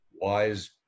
wise